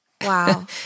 Wow